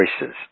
choices